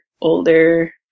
older